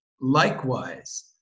Likewise